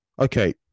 Okay